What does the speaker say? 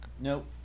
nope